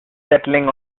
settling